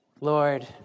Lord